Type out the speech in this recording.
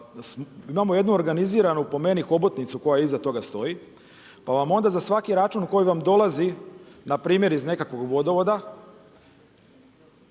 imamo jednu organiziranu po meni hobotnicu koja iza toga stoji. Pa vam onda za svaki račun koji vam dolazi npr. iz nekakvog vodovoda,